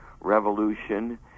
revolution